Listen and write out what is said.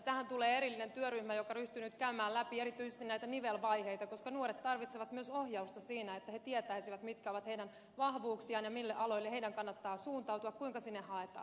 tähän tulee erillinen työryhmä joka ryhtyy nyt käymään läpi erityisesti näitä nivelvaiheita koska nuoret tarvitsevat myös ohjausta siinä että he tietäisivät mitkä ovat heidän vahvuuksiaan ja mille aloille heidän kannattaa suuntautua kuinka sinne haetaan